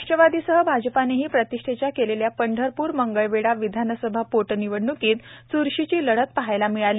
राष्ट्रवादीसह भाजपानेही प्रतिष्ठेच्या केलेल्या पंढरपूर मंगळवेढा विधानसभा पोटनिवडण्कीत च्रशीची लढत पाहायला मिळाली